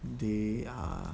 they are